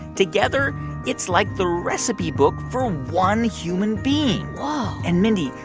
together it's like the recipe book for one human being whoa and, mindy,